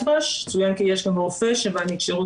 --- צוין כי יש שם רופא שמעניק שירות